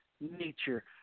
nature